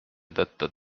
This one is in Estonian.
tõttu